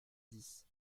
dix